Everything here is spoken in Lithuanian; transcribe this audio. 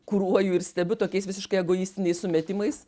kuruoju ir stebiu tokiais visiškai egoistiniais sumetimais